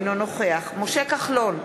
אינו נוכח משה כחלון,